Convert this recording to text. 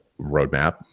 roadmap